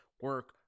Work